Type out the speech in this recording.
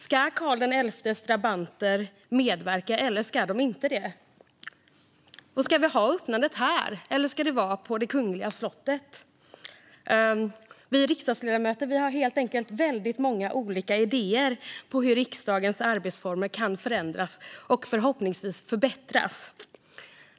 Ska Karl XI:s drabanter medverka, eller ska de inte det? Och ska vi ha öppnandet här eller ska det vara på det kungliga slottet? Vi riksdagsledamöter har helt enkelt många olika idéer på hur riksdagens arbetsformer kan förändras och förhoppningsvis förbättras.